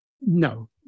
No